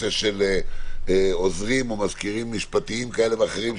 נושא של עוזרים או מזכירים משפטיים כאלה ואחרים,